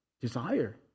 desire